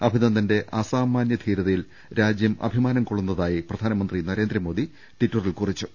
അഭിനന്ദന്റെ അസാമാന്യ ധീരതയിൽ രാജ്യം അഭിമാനം കൊള്ളുന്നതായി പ്രധാനമന്ത്രി നരേന്ദ്രമോദി ടിറ്ററിൽ കുറിച്ചു